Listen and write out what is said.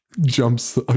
Jumps